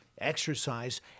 exercise